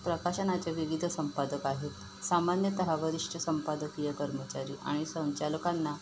प्रकाशनाचे विविध संपादक आहेत सामान्यत विरिष्ठ संपादकीय कर्मचारी आणि संचालकांना